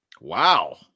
wow